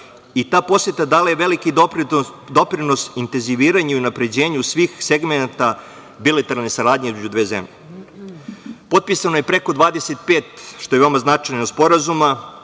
i ta poseta dala je veliki doprinos intenziviranju i unapređenju svih segmenata bilateralne saradnje između dve zemlje. Potpisano je preko 25 sporazuma, što je veoma značajno, u Srbiji